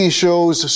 shows